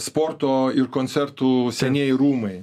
sporto ir koncertų senieji rūmai